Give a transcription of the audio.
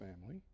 family